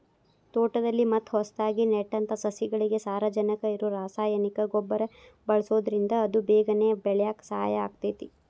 ತೋಟದಲ್ಲಿ ಮತ್ತ ಹೊಸದಾಗಿ ನೆಟ್ಟಂತ ಸಸಿಗಳಿಗೆ ಸಾರಜನಕ ಇರೋ ರಾಸಾಯನಿಕ ಗೊಬ್ಬರ ಬಳ್ಸೋದ್ರಿಂದ ಅವು ಬೇಗನೆ ಬೆಳ್ಯಾಕ ಸಹಾಯ ಆಗ್ತೇತಿ